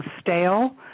stale